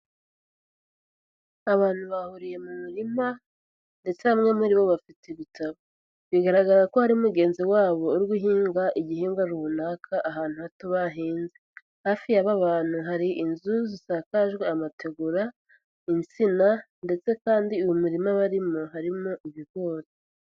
Abantu bahuriye mu murima, ndetse bamwe muri bo bafite ibitabo. Bigaragaza ko hari mugenzi wabo, uriguhinga igihingwa runaka, ahantu hato bahinze. Hafi y'aba bantu hari inzu zisakajwe amategura, insina, ndetse kandi uwo murima barimo, harimo ibigori.